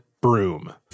broom